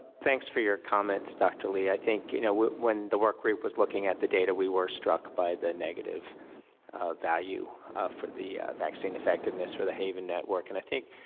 thanks for your comments, dr. lee, i think you know when the work group was looking at the data we were struck by the negative value for the vaccine effectiveness for the haiven network. and i think,